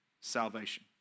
Salvation